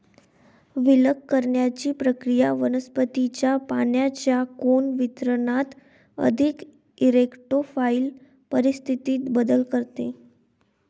विलग करण्याची प्रक्रिया वनस्पतीच्या पानांच्या कोन वितरणात अधिक इरेक्टोफाइल परिस्थितीत बदल करते